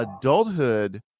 adulthood